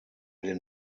den